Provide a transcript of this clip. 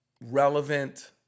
relevant